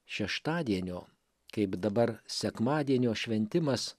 šeštadienio kaip dabar sekmadienio šventimas